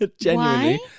Genuinely